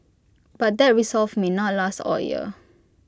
but that resolve may not last all year